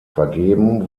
vergeben